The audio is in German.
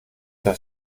das